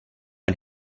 and